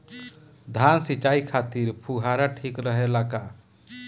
धान सिंचाई खातिर फुहारा ठीक रहे ला का?